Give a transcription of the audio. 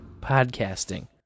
podcasting